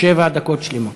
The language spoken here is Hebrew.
שבע דקות שלמות.